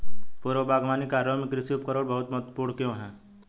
पूर्व बागवानी कार्यों में कृषि उपकरण बहुत महत्वपूर्ण क्यों है?